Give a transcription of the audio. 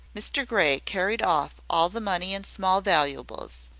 mr grey carried off all the money and small valuables.